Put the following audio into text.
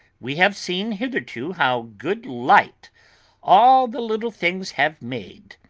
we have seen hitherto how good light all the little things have made.